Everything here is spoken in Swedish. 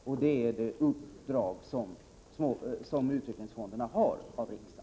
Det är det uppdrag som utvecklingsfonderna har fått av riksdagen.